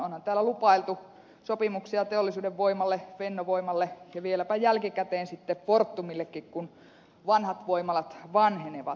onhan täällä lupailtu sopimuksia teollisuuden voimalle fennovoimalle ja vieläpä jälkikäteen sitten fortumillekin kun vanhat voimalat vanhenevat